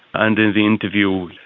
and in the interview,